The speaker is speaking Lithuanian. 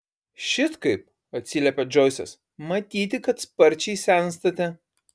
šit kaip atsiliepė džoisas matyti kad sparčiai senstate